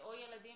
או ילדים